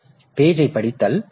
எனவே பேஜைப் படித்தல்